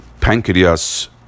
pancreas